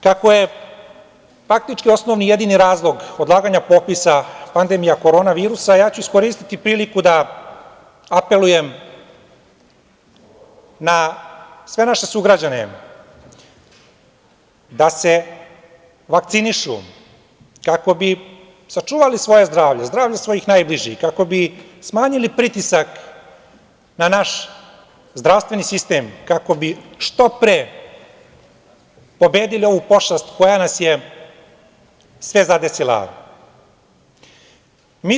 Kao je faktički osnovni i jedini razlog odlaganja popisa pandemija koronavirusa, ja ću iskoristiti priliku da apelujem na sve naše sugrađane da se vakcinišu kako bi sačuvali svoje zdravlje, zdravlje svojih najbližih, kako bi smanjili pritisak na naš zdravstveni sistem, kako bi što pre pobedili ovu pošast koja nas je sve zadesila.